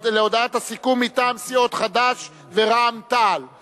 הסיכום שהביא חבר הכנסת דב חנין לא נתקבלה.